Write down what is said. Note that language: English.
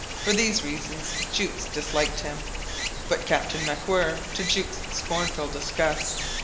for these reasons jukes disliked him but captain macwhirr, to jukes scornful disgust,